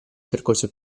percorso